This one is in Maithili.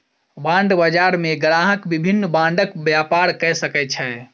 बांड बजार मे ग्राहक विभिन्न बांडक व्यापार कय सकै छै